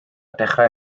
dechrau